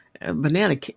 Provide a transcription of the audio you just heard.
banana